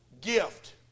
gift